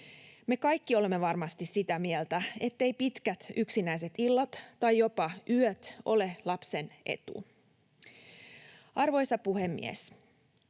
Me kaikki olemme varmasti sitä mieltä, etteivät pitkät yksinäiset illat tai jopa yöt ole lapsen etu. Arvoisa puhemies!